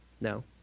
No